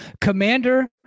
Commander